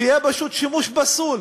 שיהיה פשוט שימוש פסול